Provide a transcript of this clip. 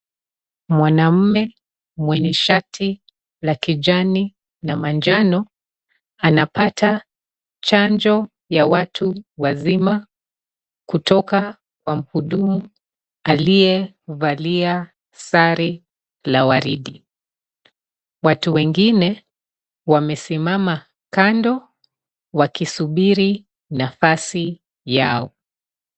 Mwanaume mwenye shati la kijani na manjano anapata chanjo ya watu wazima kutoka kwa mhudumu aliyevalia sare la waridi. Watu wengine wamesimama kando wakisubiri nafasi yao.